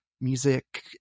music